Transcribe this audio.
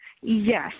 Yes